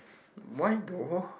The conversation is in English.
why though